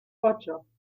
ocho